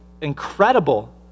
incredible